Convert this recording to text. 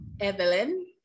Evelyn